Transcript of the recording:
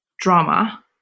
drama